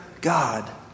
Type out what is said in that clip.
God